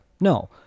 no